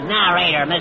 narrator